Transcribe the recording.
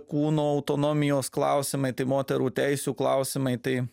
kūno autonomijos klausimai tai moterų teisių klausimai tai